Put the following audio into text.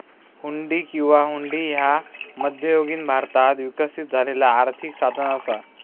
हुंडी किंवा हुंडी ह्या मध्ययुगीन भारतात विकसित झालेला आर्थिक साधन असा